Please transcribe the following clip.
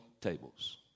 tables